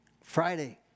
Friday